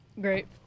Great